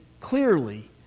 clearly